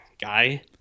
guy